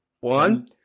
One